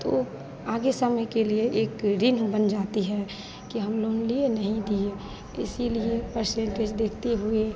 तो आगे समय के लिए एक ऋण बन जाता है कि हम लोन लिए नहीं दिए इसीलिए पर्सेन्टेज देखते हुए